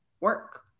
work